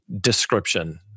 description